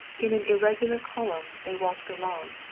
in an irregular column they walked along,